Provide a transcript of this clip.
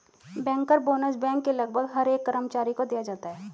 banker bonus bank के लगभग हर एक कर्मचारी को दिया जाता है